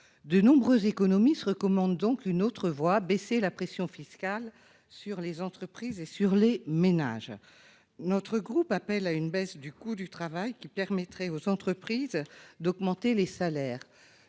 De nombreux économistes recommandent donc une autre voie : baisser la pression fiscale sur les entreprises et sur les ménages. Notre groupe appelle à une baisse du coût du travail, qui permettrait aux entreprises d'augmenter les salaires.